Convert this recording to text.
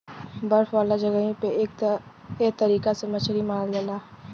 बर्फ वाला जगही पे एह तरीका से मछरी मारल जाला